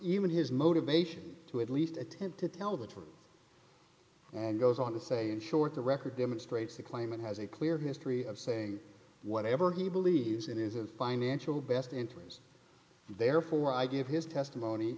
even his motivation to at least attempt to tell the truth and goes on to say in short the record demonstrates the claimant has a clear history of saying whatever he believes it is a financial best interest therefore i give his testimony